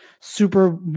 super